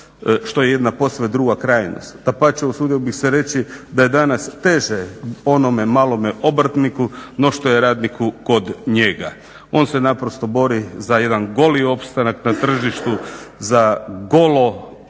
što je jedna posve druga krajnost. Dapače, usudio bih se reći da je danas teže onome malome obrtniku no što je radniku kod njega. On se naprosto bori za jedan goli opstanak na tržištu, za golo